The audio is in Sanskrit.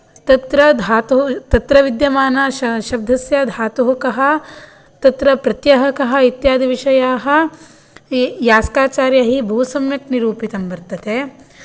तत्र धातुः तत्र विद्यमान शब्दस्य धातुः कः तत्र प्रत्ययः कः इत्यादिविषयाः यास्काचार्यैः बहु सम्यक् निरूपितं वर्तते